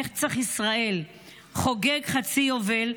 נצח ישראל חוגג חצי יובל,